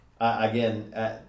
again